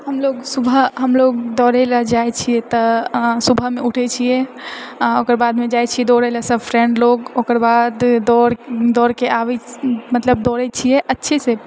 हम लोग सुबह हम लोग दोड़ए लए जाइत छिऐ तऽ सुबहमे उठए छी ओकर बादमे जाइत छिऐ दोड़ए लए सभ फ्रेन्ड लोग ओकर बाद दौड़ दौड़के आबि मतलब दौड़ए छिऐ अच्छेसँ